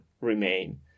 remain